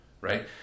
right